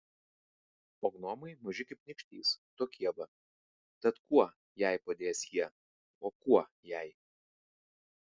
o gnomai maži kaip nykštys tokie va tad kuo jai padės jie o kuo jai